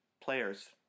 players